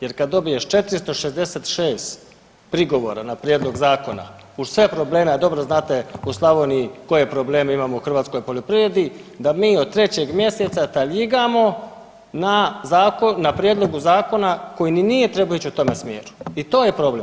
Jer kada dobiješ 466 prigovora na Prijedlog zakona uz sve probleme, a dobro znate u Slavoniji koje probleme imamo u hrvatskoj poljoprivredi da mi od 3. mjeseca taljigamo na Prijedlogu zakona koji niti nije trebao ići u tome smjeru i to je problem.